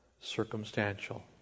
circumstantial